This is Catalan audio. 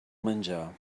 menjar